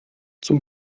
zum